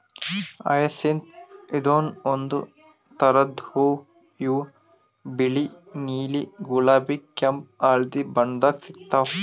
hyacinth ಇದೂನು ಒಂದ್ ಥರದ್ ಹೂವಾ ಇವು ಬಿಳಿ ನೀಲಿ ಗುಲಾಬಿ ಕೆಂಪ್ ಹಳ್ದಿ ಬಣ್ಣದಾಗ್ ಸಿಗ್ತಾವ್